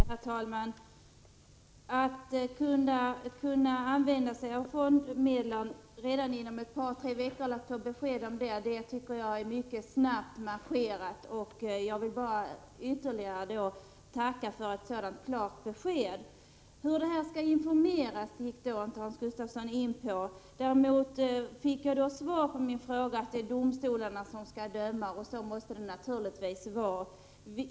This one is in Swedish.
Herr talman! Jag tycker att det är mycket snabbt marscherat av bostadsministern att kunna ge besked om att fondmedlen kan användas redan om ett par tre veckor. Jag vill därför tacka för detta klara besked. Hans Gustafsson gick inte in på hur man skall informera om saken. Däremot fick jag svar på min fråga att det är domstolarna som skall döma, och så måste det naturligtvis vara.